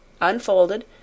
unfolded